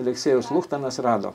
aleksiejus luchtanas rado